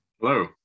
Hello